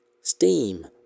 steam